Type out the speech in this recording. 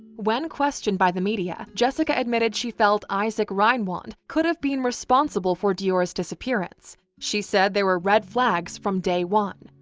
when questioned by the media, jessica admitted she felt issac reinwand could have been responsible for deorr's disappearance. she said there were red flags from day one.